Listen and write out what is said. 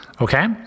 Okay